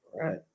right